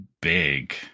big